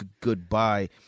Goodbye